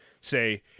say